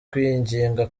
kwinginga